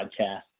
Podcast